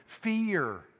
fear